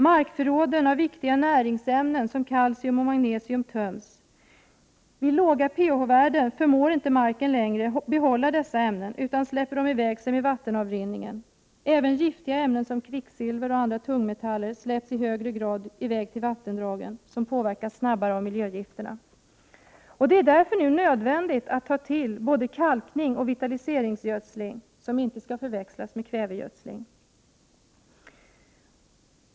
Markförråden av viktiga näringsämnen som kalcium och magnesium töms. Vid låga pH-värden förmår marken inte behålla dessa ämnen, utan släpper dem ifrån sig med vattenavrinningen. Även giftiga ämnen såsom kvicksilver och andra tungmetaller släpps alltmer till vattendragen, som därigenom snabbare påverkas av miljögifterna. Det är därför nu nödvändigt att ta till både kalkning och vitaliseringsgödsling, som inte skall förväxlas med kvävegödsling.